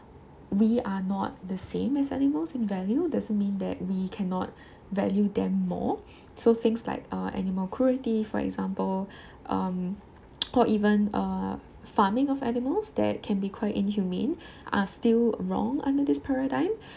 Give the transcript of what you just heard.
we are not the same as animals in value doesn't mean that we cannot value them more so things like uh animal cruelty for example um or even uh farming of animals that can be quite inhumane are still wrong under this paradigm